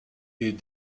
est